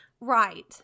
Right